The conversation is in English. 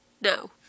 No